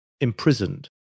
imprisoned